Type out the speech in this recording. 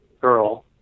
Girl